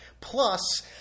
Plus